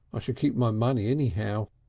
i should keep my money anyhow.